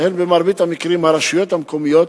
שהן במרבית המקרים הרשויות המקומיות,